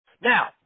Now